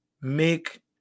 make